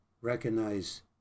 recognize